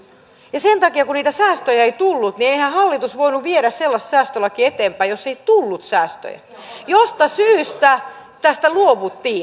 ja kun niitä säästöjä ei tullut niin eihän hallitus voinut viedä eteenpäin sellaista säästölakia jossa ei tullut säästöjä josta syystä tästä luovuttiin